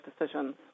decisions